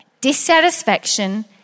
dissatisfaction